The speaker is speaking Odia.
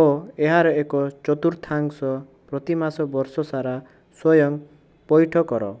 ଓ ଏହାର ଏକ ଚତୁର୍ଥାଂଶ ପ୍ରତିମାସ ବର୍ଷ ସାରା ସ୍ଵୟଂ ପୈଠ କର